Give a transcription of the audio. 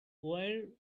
where